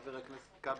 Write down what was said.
חבר הכנסת כבל,